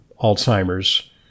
Alzheimer's